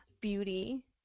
beauty